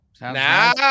Now